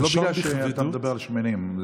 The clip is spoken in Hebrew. ולא בגלל שאתה מדבר על שמנים.